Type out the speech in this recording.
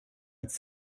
its